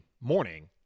morning